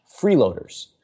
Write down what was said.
freeloaders